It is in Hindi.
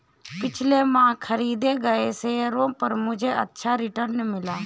पिछले माह खरीदे गए शेयरों पर मुझे अच्छा रिटर्न मिला